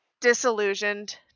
disillusioned